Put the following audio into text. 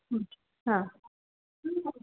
ಹ್ಞೂ ಹಾಂ